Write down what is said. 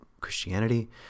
Christianity